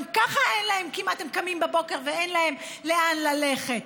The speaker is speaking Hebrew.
גם ככה הם קמים בבוקר ואין להם לאן ללכת.